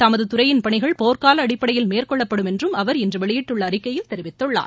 தமது துறையின் பணிகள் போர்க்கால அடிப்படையில் மேற்கொள்ளப்படும் என்றும் அவர் இன்று வெளியிட்டுள்ள அறிக்கையில் தெரிவித்துள்ளார்